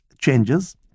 changes